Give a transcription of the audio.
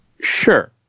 sure